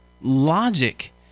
logic